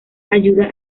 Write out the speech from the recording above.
ayuda